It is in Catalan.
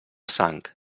sang